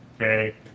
Okay